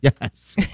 yes